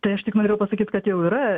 tai aš tik norėjau pasakyt kad jau yra